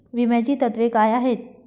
विम्याची तत्वे काय आहेत?